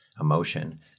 emotion